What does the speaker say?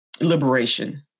liberation